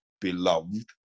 beloved